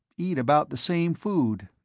eat about the same food.